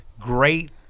Great